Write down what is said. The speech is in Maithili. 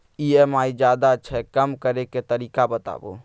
ई.एम.आई ज्यादा छै कम करै के तरीका बताबू?